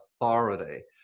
authority